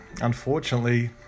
Unfortunately